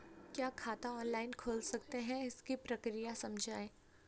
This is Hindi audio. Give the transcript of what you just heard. क्या खाता ऑनलाइन खोल सकते हैं इसकी प्रक्रिया समझाइए?